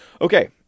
Okay